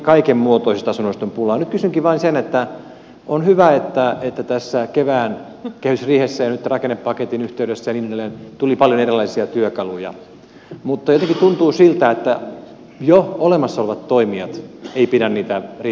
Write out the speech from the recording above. nyt kysynkin vain siitä että on hyvä että tässä kevään kehysriihessä ja nyt rakennepaketin yhteydessä ja niin edelleen tuli paljon erilaisia työkaluja mutta jotenkin tuntuu siltä että jo olemassa olevat toimijat eivät pidä niitä riittävän hyvinä